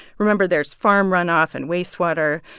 remember, there's farm runoff and wastewater.